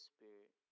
Spirit